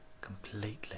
completely